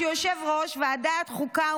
שהוא יושב-ראש ועדת החוקה,